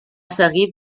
seguit